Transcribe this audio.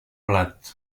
blat